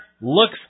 looks